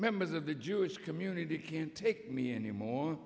members of the jewish community can't take me anymore